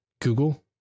Google